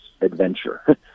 adventure